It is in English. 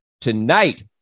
tonight